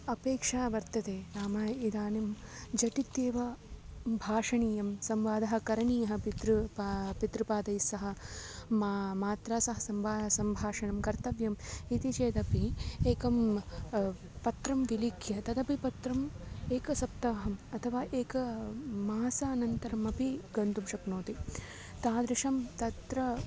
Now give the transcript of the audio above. अपेक्षा वर्तते नाम इदानीं झटित्येव भाषणीयं संवादः करणीयः पित्रा पा पितृपादैः सह मा मात्रा सह संवादं सम्भाषणं कर्तव्यम् इति चेदपि एकं पत्रं विलिख्य तदपि पत्रम् एकसप्ताहम् अथवा एकं मासानन्तरमपि गन्तुं शक्नोति तादृशं तत्र